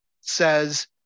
says